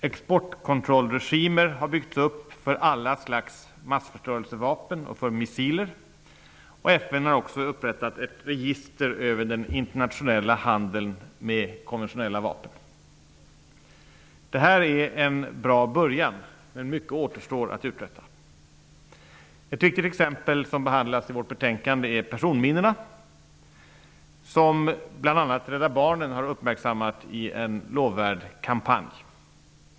Exportkontrollregimer har byggts upp för alla slags massförstörelsevapen och för missiler, och FN har också upprättat ett register över den internationella handeln med konventionella vapen. Det här är en bra början, men mycket återstår att uträtta. En vapentyp som behandlas i vårt betänkande är personminorna, som bl.a. Rädda barnen har uppmärksammat i en lovvärd kampanj.